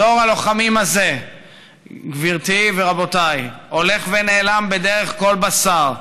דור הלוחמים הזה הולך ונעלם בדרך כל בשר.